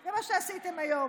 זה מה שעשיתם היום.